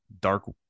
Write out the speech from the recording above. dark